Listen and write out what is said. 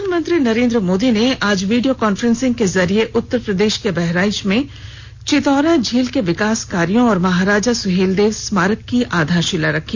प्रधानमंत्री नरेन्द्र मोदी ने आज वीडियो कांफ्रेंस के जरिये उत्तर प्रदेश के बहराइच जिले में चितौरा झील के विकास कार्यों और महाराजा सुहेलदेव स्मारक की आधारशिला रखी